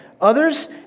Others